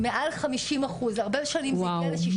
מעל 50 אחוז, הרבה שנים זה הגיע ל-60.